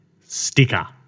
sticker